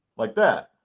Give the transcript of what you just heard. like that.